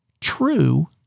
true